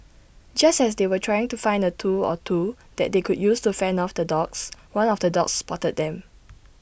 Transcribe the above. just as they were trying to find A tool or two that they could use to fend off the dogs one of the dogs spotted them